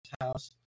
house